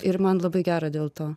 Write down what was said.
ir man labai gera dėl to